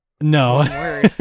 no